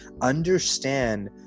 understand